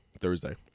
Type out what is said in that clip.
Thursday